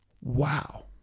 Wow